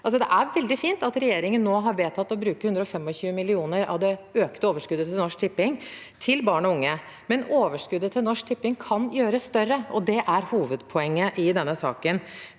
Det er veldig fint at regjeringen nå har vedtatt å bruke 125 mill. kr av det økte overskuddet til Norsk Tipping på barn og unge, men overskuddet til Norsk Tipping kan gjøres større, og det er hovedpoenget i denne saken.